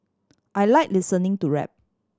I like listening to rap